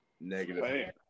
Negative